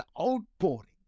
outpouring